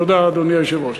תודה, אדוני היושב-ראש.